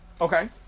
Okay